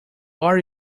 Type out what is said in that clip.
are